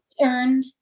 earned